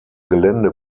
gelände